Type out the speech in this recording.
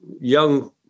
young